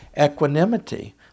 equanimity